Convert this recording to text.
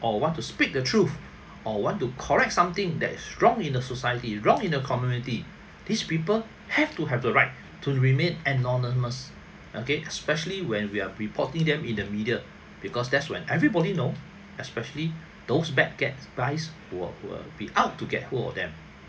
I want to speak the truth or want to correct something that is strong in a society wrong in the community these people have to have the right to remain anonymous okay especially when we are reporting them in the media because that's when everybody know especially those bad hats guys who are who will be out to get hold of them